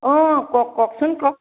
অঁ কওক কওকচোন কওক